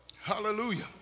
Hallelujah